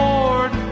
Lord